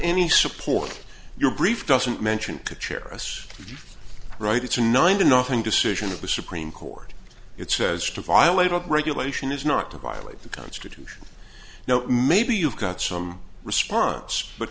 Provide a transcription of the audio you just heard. any support your brief doesn't mention the chair us right it's a nine to nothing decision of the supreme court it says to violate of regulation is not to violate the constitution now maybe you've got some response but